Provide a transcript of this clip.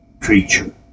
creature